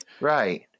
right